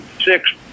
six